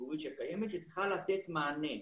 הציבורית שקיימת, שצריכה לתת מענה.